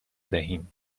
دهیم